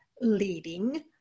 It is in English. leading